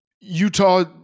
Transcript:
Utah-